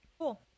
cool